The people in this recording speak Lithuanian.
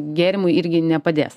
gėrimui irgi nepadės